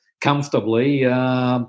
comfortably